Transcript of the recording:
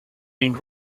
been